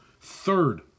Third